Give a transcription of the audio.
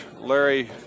Larry